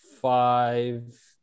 five